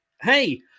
hey